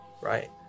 right